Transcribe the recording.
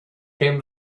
came